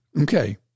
okay